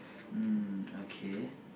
mm okay